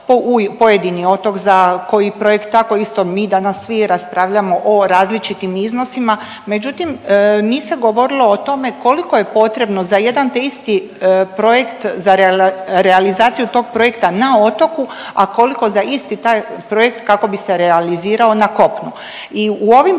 pojedini otok, za koji projekt, tako isto mi danas svi raspravljamo o različitim iznosima, međutim nije se govorilo o tome koliko je potrebno za jedan te isti projekt za realizaciju tog projekta na otoku, a koliko za isti taj projekt kako bi se realizirao na kopnu. I u ovim